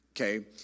Okay